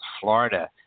Florida